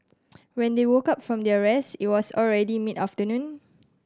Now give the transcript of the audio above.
when they woke up from their rest it was already mid afternoon